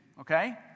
Okay